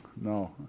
no